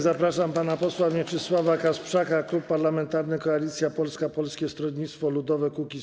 Zapraszam pana posła Mieczysława Kasprzaka, Klub Parlamentarny Koalicja Polska - Polskie Stronnictwo Ludowe - Kukiz15.